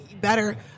better